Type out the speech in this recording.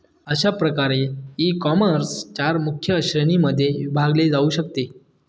अशा प्रकारे ईकॉमर्स चार मुख्य श्रेणींमध्ये विभागले जाऊ शकते